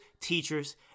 teachers